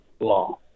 law